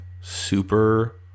super